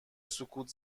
سکوت